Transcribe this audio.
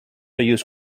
use